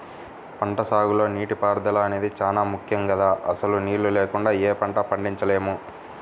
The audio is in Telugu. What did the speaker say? పంటసాగులో నీటిపారుదల అనేది చానా ముక్కెం గదా, అసలు నీళ్ళు లేకుండా యే పంటా పండించలేము